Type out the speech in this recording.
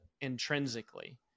intrinsically